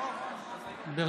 בבקשה.